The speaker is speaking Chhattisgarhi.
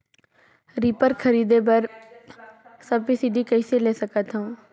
रीपर खरीदे बर सब्सिडी कइसे ले सकथव?